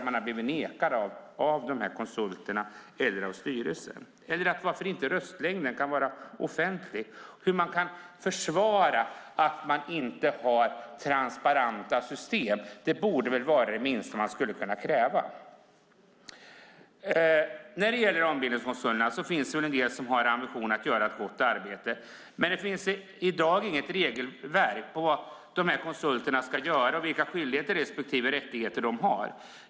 Man har blivit nekad av konsulterna eller av styrelsen. Och varför är inte röstlängden offentlig? Hur kan justitieministern försvara att man inte har transparenta system? Det borde vara det minsta man skulle kunna kräva. Det finns en del ombildningskonsulter som har ambitionen att göra ett gott arbete. Men det finns i dag finns inget regelverk för vad dessa konsulter ska göra och vilka skyldigheter respektive rättigheter de har.